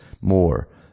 more